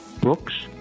books